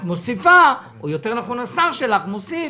את מוסיפה, או יותר נכון, השר שלך מוסיף